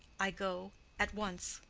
i go at once,